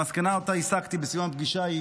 המסקנה שהסקתי בסיום הפגישה היא